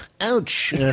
Ouch